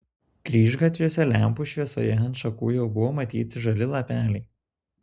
kryžgatviuose lempų šviesoje ant šakų jau buvo matyti žali lapeliai